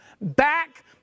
back